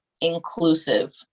inclusive